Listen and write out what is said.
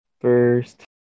first